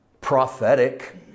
prophetic